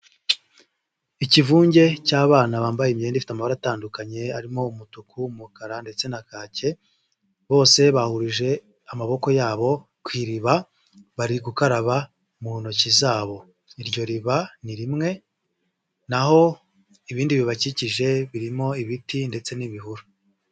Ikivunge cy'abana bambaye imyenda ifite amabara atandukanye arimo: umutuku, umukara ndetse na kake, bose bahurije amaboko yabo ku iriba bari gukaraba mu ntoki zabo, iryo riba ni rimwe naho ibindi bibakikije birimo ibiti ndetse n'ibihuru.